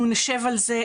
אנחנו נשב על זה,